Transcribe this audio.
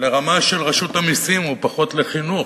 לרמה של רשות המסים ופחות לחינוך.